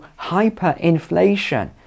hyperinflation